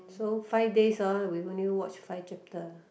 so five days uh we only watch five chapter